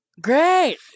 great